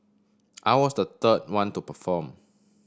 I was the third one to perform